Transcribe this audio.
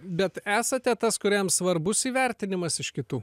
bet esate tas kuriam svarbus įvertinimas iš kitų